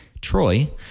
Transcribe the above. Troy